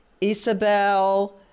Isabel